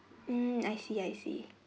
mm I see I see